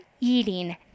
eating